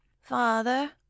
Father